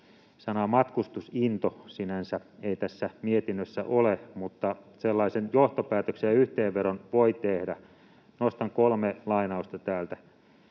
Sanaa ”matkustusinto” sinänsä ei tässä mietinnössä ole, mutta sellaisen johtopäätöksen ja yhteenvedon voi tehdä. Nostan kolme lainausta täältä.